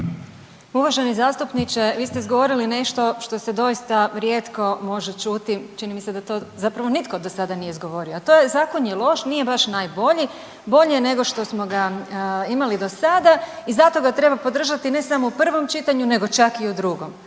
Uvaženi zastupniče, vi ste izgovorili nešto što se doista rijetko može čuti, čini mi se da to zapravo nitko do sada izgovorio, a to je Zakon je loš, nije baš najbolji, bolji je nego što smo ga imali do sada i zato ga treba podržati, ne samo u prvom čitanju, nego čak i u drugom.